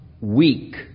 weak